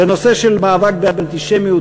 בנושא של מאבק באנטישמיות,